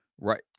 Right